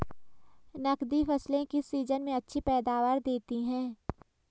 नकदी फसलें किस सीजन में अच्छी पैदावार देतीं हैं?